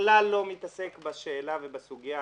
לא מתעסק בשאלה ובסוגיה,